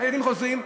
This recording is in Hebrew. הילדים חוזרים,